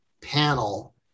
panel